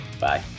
Bye